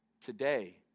today